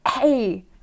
hey